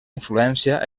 influència